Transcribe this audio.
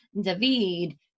David